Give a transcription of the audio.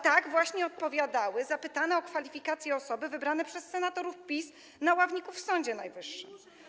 Tak właśnie odpowiadały zapytane o kwalifikacje osoby wybrane przez senatorów PiS na ławników w Sądzie Najwyższym.